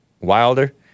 Wilder